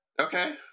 Okay